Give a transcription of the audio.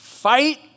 Fight